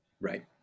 Right